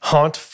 Haunt